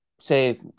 say